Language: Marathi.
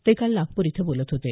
ते काल नागपूर इथं बोलत होते